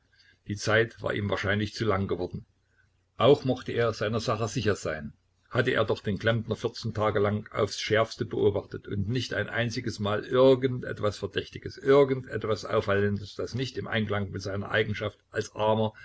die zeit war ihm wahrscheinlich zu lang geworden auch mochte er seiner sache nicht sicher sein hatte er doch den klempner tage lang aufs schärfste beobachtet und nicht ein einziges mal irgend etwas verdächtiges irgend etwas auffallendes das nicht im einklang mit seiner eigenschaft als armer